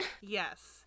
yes